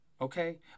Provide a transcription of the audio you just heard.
Okay